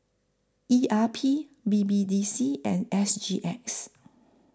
E R P B B D C and S G X